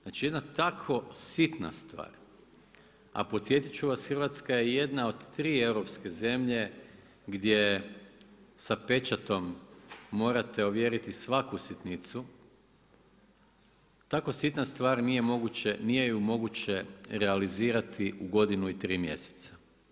Znači jedna tako sitna stvar, a podsjetiti ću vas Hrvatska je jedna od 3 europske zemlje gdje sa pečatom morate ovjeriti svaku sitnicu, tako sitna stvar, nije ju moguće realizirati u godinu i 3 mjeseca.